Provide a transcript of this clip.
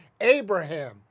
Abraham